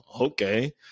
okay